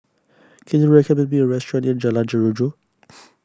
can you recommend me a restaurant near Jalan Jeruju